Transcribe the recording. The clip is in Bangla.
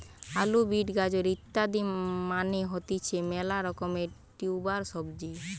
আলু, বিট, গাজর ইত্যাদি মানে হতিছে মেলা রকমের টিউবার সবজি